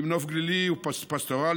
עם נוף גלילי ופסטורלי,